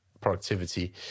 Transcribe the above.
productivity